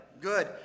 Good